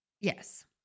Yes